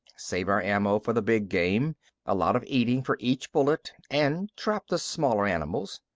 save our ammo for the big game a lot of eating for each bullet and trap the smaller animals.